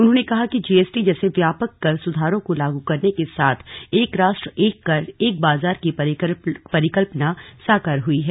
उन्होंने कहा कि जीएसटी जैसे व्यापक कर सुधारों को लागू करने के साथ एक राष्ट्र एक कर एक बाजार की परिकल्पना साकार हुई है